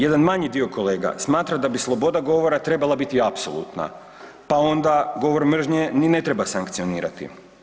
Jedan manji dio kolega smatra da bi sloboda govora trebala biti apsolutna, pa onda govor mržnje ni ne treba sankcionirati.